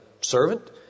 servant